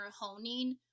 honing